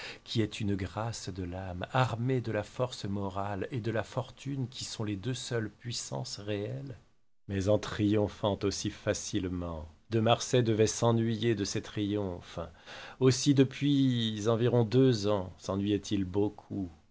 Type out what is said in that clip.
qui est une grâce de l'âme armé de la force morale et de la fortune qui sont les deux seules puissances réelles mais en triomphant aussi facilement de marsay devait s'ennuyer de ses triomphes aussi depuis environ deux ans sennuyait il beaucoup